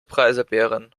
preiselbeeren